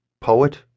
Poet